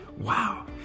Wow